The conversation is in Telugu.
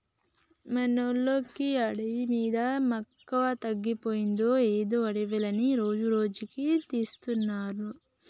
మనోళ్ళకి అడవి మీద మక్కువ తగ్గిపోయిందో ఏందో అడవులన్నీ రోజురోజుకీ తీసేస్తున్నారు